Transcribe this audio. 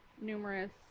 numerous